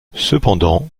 cependant